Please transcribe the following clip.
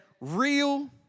real